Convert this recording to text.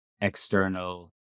external